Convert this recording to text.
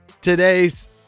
Today's